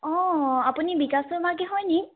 অ আপুনি বিকাশৰ মাকে হয়নি